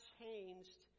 changed